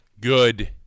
Good